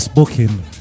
booking